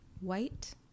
white